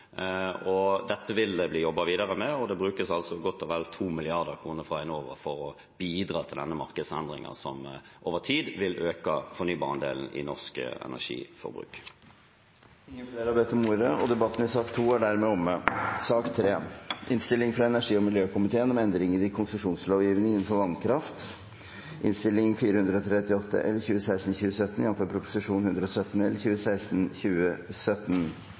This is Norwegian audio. og dette vil det bli jobbet videre med, og det brukes altså godt og vel 2 mrd. kr fra Enova til å bidra til denne markedsendringen, som over tid vil øke fornybarandelen i norsk energiforbruk. Flere har ikke bedt om ordet til sak nr. 2. Fra tid til annen får vi i energi- og miljøkomiteen besøk av parlamentarikere fra andre land. Det er noen spørsmål som går igjen i